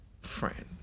friend